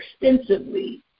extensively